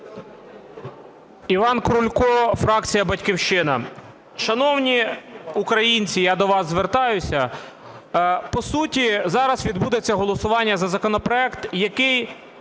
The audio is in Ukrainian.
Іван Крулько, фракція "Батьківщина". Шановні українці, я до вас звертаюся. По суті зараз відбудеться голосування за законопроект, який